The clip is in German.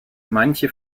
manche